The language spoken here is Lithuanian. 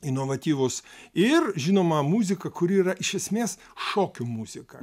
inovatyvūs ir žinoma muzika kuri yra iš esmės šokių muzika